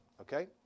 okay